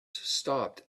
stopped